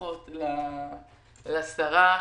תשבחות לשרה.